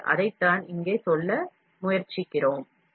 எனவே அதைத்தான் இங்கே சொல்ல முயற்சிக்கிறோம்